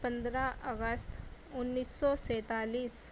پندرہ اگست انیس سو سینتالیس